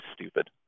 stupid